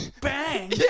bang